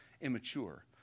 immature